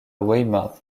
weymouth